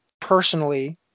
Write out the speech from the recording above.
personally